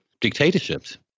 dictatorships